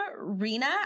Rina